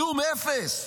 כלום, אפס.